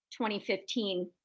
2015